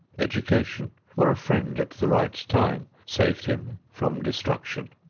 education, or a friend at the right time saved him from destruction?